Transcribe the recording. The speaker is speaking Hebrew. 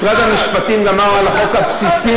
משרד המשפטים אמר על החוק הבסיסי.